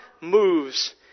moves